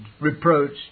reproached